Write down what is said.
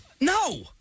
No